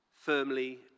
firmly